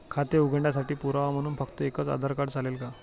खाते उघडण्यासाठी पुरावा म्हणून फक्त एकच आधार कार्ड चालेल का?